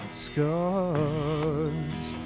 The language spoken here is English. scars